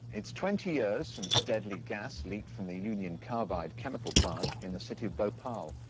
it's twenty years since deadly gas leaked from the union carbide chemical plant in the city of bhopal.